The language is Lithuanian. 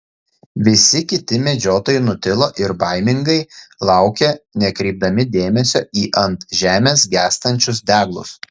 visi kiti medžiotojai nutilo ir baimingai laukė nekreipdami dėmesio į ant žemės gęstančius deglus